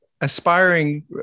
aspiring